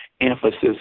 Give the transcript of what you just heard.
emphasis